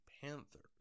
Panthers